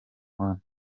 one